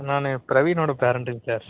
நான் ப்ரவீனோட பேரண்ட்டுங்க சார்